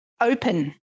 open